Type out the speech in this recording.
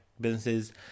businesses